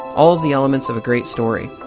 all of the elements of a great story.